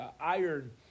iron